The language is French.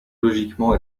logiquement